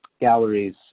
galleries